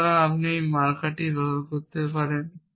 সুতরাং আমরা একটি মার্কার ব্যবহার করতে পারি